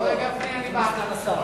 גפני, אני בעדך.